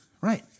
Right